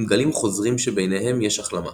עם גלים חוזרים שביניהם יש החלמה.